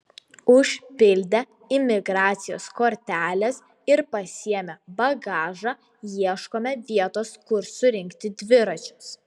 užpildę imigracijos korteles ir pasiėmę bagažą ieškome vietos kur surinkti dviračius